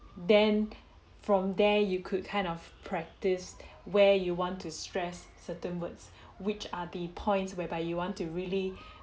then from there you could kind of practice where you want to stress certain words which are the points whereby you want to really